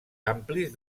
amplis